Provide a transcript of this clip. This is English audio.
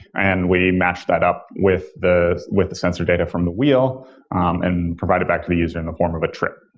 and we match that up with the with the sensor data from the wheel and provide it back to the user in the form of a trip.